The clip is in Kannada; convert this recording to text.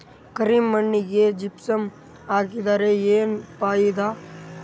ಕರಿ ಮಣ್ಣಿಗೆ ಜಿಪ್ಸಮ್ ಹಾಕಿದರೆ ಏನ್ ಫಾಯಿದಾ?